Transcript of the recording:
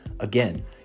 Again